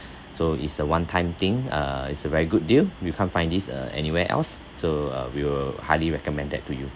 so it's a one time thing uh it's a very good deal you can't find this uh anywhere else so uh we will highly recommend that to you